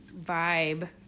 vibe